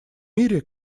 мире